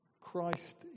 Christ